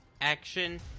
action